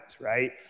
right